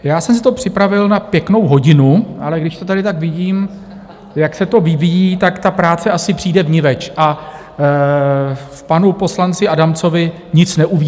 Já jsem si to připravil na pěknou hodinu, ale když to tady tak vidím, jak se to vyvíjí, tak ta práce asi přijde vniveč, panu poslanci Adamcovi nic neuvízne.